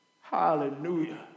Hallelujah